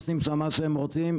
כולם עושם שם מה שהם רוצים,